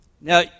Now